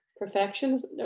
Perfections